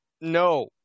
no